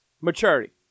Maturity